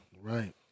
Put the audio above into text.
Right